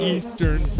Eastern